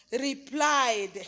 replied